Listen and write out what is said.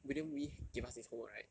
william wee gave us this homework right